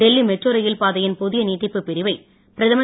Delhi metro rail பாதையின் புதிய நீட்டிப்புப் பிரிவை பிரதமர்